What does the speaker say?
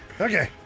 Okay